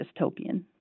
dystopian